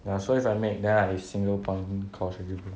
ya so if I make then I single point